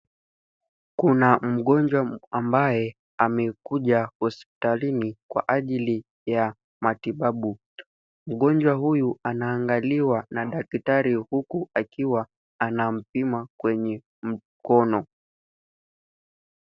Kuna mgonjwa ambaye amekuja hospitalini kwa ajili ya matibabu. Mgonjwa huyu anaangaliwa na daktari huku akiwa anampima kwenye mkono.